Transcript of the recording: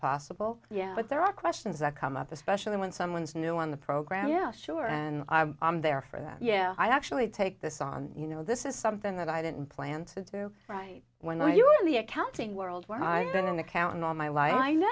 possible yeah but there are questions that come up especially when someone's new on the program yeah sure and i'm there for that yeah i actually take this on you know this is something that i didn't plan to do right when you were in the accounting world where i've been an accountant all my life i now